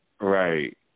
Right